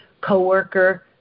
coworker